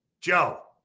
Joe